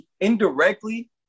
indirectly